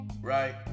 right